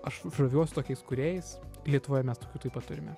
aš žaviuosi tokiais kūrėjais lietuvoje mes tokių taip pat turime